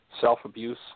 self-abuse